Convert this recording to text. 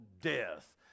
death